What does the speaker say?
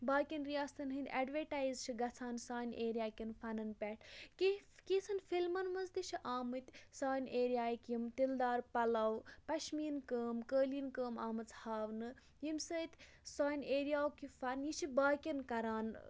باقٕیَن ریاستَن ہٕنٛدۍ اٮ۪ڈوَٹایز چھِ گژھان سانہِ ایریا کٮ۪ن فَنَن پٮ۪ٹھ کینٛژھ کینٛژھن فِلمَن منٛز تہِ چھِ آمٕتۍ سانہِ ایریا یِکۍ یِم تِلہٕ دار پَلو پَشمیٖن کٲم قٲلیٖن کٲم آمٕژ ہاونہٕ ییٚمہِ سۭتۍ سانہِ ایریا ہُک یہِ فَن یہِ چھِ باقٕیَن کَران